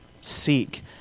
Seek